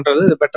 Better